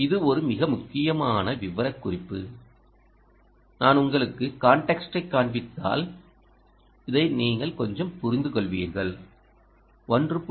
இது ஒரு மிக முக்கியமான விவரக்குறிப்பு நான் உங்களுக்கு கான்டெக்ஸ்டை காண்பித்தால் இதை நீங்கள் கொஞ்சம் புரிந்துகொள்வீர்கள் 1